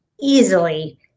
easily